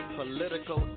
political